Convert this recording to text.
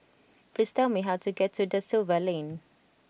please tell me how to get to Da Silva Lane